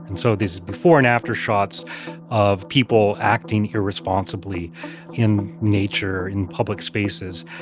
and so there's before-and-after shots of people acting irresponsibly in nature, in public spaces,